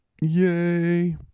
Yay